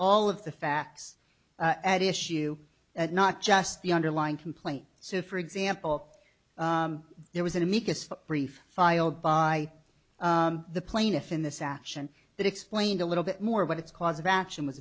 of the facts at issue and not just the underlying complaint so for example there was an amicus brief filed by the plaintiff in this action that explained a little bit more about its cause of action was